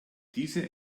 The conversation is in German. diese